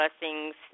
blessings